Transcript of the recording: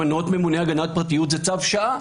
למנות ממונה הגנת פרטיות זה צו שעה.